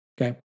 Okay